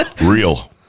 Real